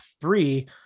three